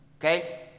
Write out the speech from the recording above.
okay